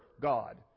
God